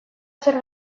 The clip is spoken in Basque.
zer